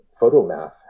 PhotoMath